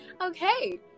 okay